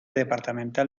departamental